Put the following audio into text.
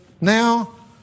now